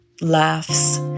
laughs